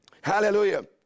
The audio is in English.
Hallelujah